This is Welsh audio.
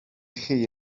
chi